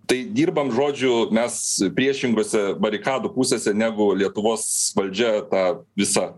tai dirbam žodžiu mes priešingose barikadų pusėse negu lietuvos valdžia tą visą